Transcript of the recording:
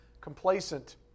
complacent